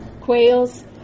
Quails